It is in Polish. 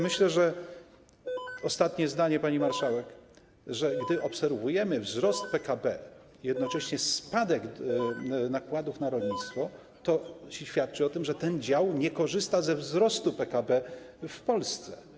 Myślę, że - ostatnie zdanie, pani marszałek - gdy obserwujemy wzrost PKB i jednocześnie spadek nakładów na rolnictwo, świadczy to o tym, że ten dział nie korzysta ze wzrostu PKB w Polsce.